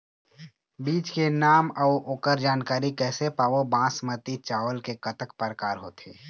बीज के नाम अऊ ओकर जानकारी कैसे पाबो बासमती चावल के कतेक प्रकार होथे?